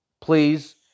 please